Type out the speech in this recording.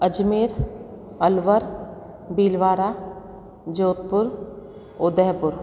Ajmer Alwar Bhilwara Jodhpur Udaipur